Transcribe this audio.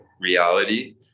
reality